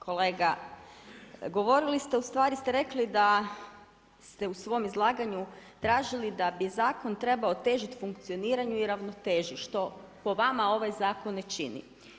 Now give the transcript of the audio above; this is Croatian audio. Kolega, govorili ste ustvari ste rekli da ste u svom izlaganju tražili da bi zakon trebao težiti funkcioniranju i ravnoteži što po vama ovaj zakon ne čini.